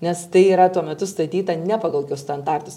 nes tai yra tuo metu statyta ne pagal standartus